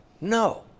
No